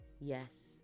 Yes